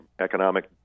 economic